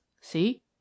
see